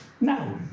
Now